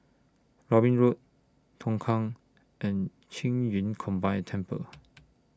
Robin Road Tongkang and Qing Yun Combined Temple